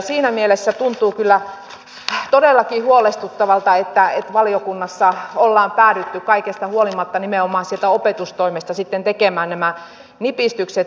siinä mielessä tuntuu kyllä todellakin huolestuttavalta että valiokunnassa on päädytty kaikesta huolimatta nimenomaan opetustoimesta tekemään nämä nipistykset